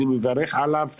אני מברך עליו,